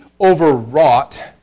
overwrought